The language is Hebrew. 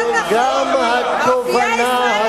לא צריך לעשות הכללה.